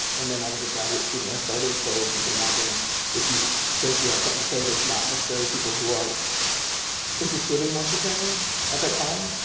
and then i was a graduate student when i started, so you can imagine if you think you have something to say, there's not necessarily people who are interested in what you're saying at that time.